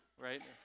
right